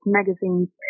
magazines